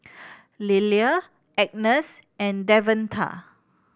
Lilia Agness and Davonta